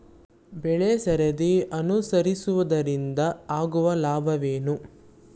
ಬೆಳೆಸರದಿ ಅನುಸರಿಸುವುದರಿಂದ ಆಗುವ ಲಾಭವೇನು?